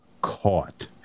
caught